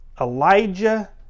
Elijah